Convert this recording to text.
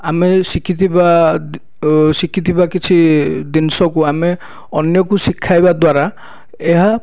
ଆମେ ଶିଖିଥିବା ଶିଖିଥିବା କିଛି ଜିନିଷକୁ ଆମେ ଅନ୍ୟକୁ ଶିଖାଇବା ଦ୍ଵାରା ଏହା